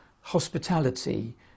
hospitality